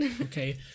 okay